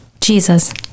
Jesus